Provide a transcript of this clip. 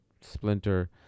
splinter